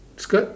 skirt